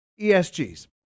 ESGs